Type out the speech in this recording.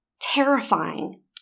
terrifying